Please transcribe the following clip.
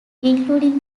including